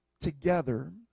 together